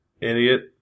idiot